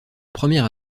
première